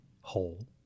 whole